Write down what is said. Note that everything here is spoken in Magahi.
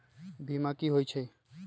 बीमा कि होई छई?